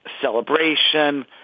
celebration